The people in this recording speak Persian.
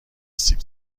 سیب